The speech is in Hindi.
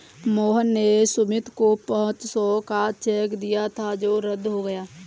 मोहन ने सुमित को पाँच सौ का चेक दिया था जो रद्द हो गया